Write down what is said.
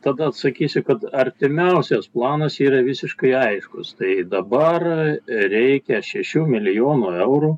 tada atsakysiu kad artimiausias planas yra visiškai aiškus tai dabar reikia šešių milijonų eurų